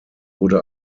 wurde